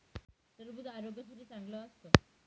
टरबूज आरोग्यासाठी चांगलं असतं